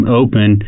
open